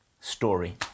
story